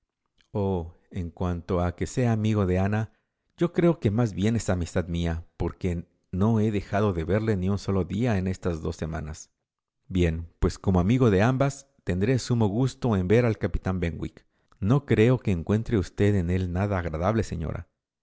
oh en cuanto a que sea amigo de ana yo creo que más bien es amistad mía porque no he dejado de verle ni un solo día en estas dos semanas bien pues como amigo de ambas tendré sumo gusto en ver al capitán benwick no creo que encuentre usted en él nada agradable señora